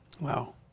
Wow